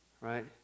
Right